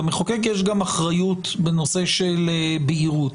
למחוקק יש גם אחריות בנושא של בהירות.